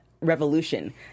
revolution